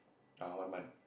ah one month